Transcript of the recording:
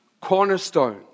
cornerstone